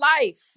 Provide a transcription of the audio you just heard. life